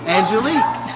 Angelique